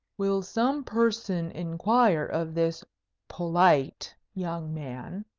will some person inquire of this polite young man,